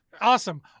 Awesome